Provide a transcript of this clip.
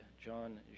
John